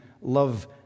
love